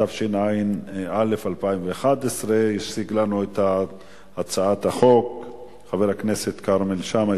התשע"א 2011. יציג לנו את הצעת החוק חבר הכנסת כרמל שאמה,